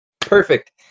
Perfect